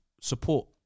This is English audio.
support